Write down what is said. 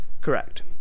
Correct